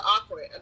awkward